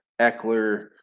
Eckler